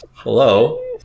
Hello